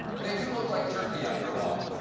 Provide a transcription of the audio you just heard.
they do look like jerky after a while.